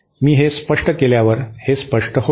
मी हे स्पष्ट केल्यावर हे स्पष्ट होईल